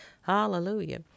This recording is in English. Hallelujah